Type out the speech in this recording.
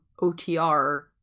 otr